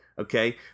Okay